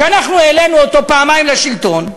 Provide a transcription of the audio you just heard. שאנחנו העלינו פעמיים לשלטון,